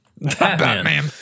Batman